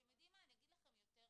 אני אגיד לכם יותר מזה.